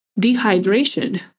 dehydration